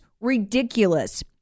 ridiculous